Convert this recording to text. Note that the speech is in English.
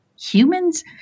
humans